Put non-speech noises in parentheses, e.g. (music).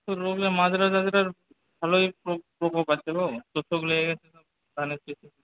রোগে (unintelligible) ভালোই প্রকোপ আছে গো (unintelligible) অনেক কিছু